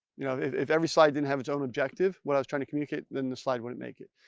you know, if every slide didn't have its own objective, what i was trying to communicate, then the slide wouldn't make it.